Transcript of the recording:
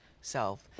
self